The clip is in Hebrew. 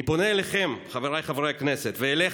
אני פונה אליכם, חבריי חברי הכנסת, ואליך,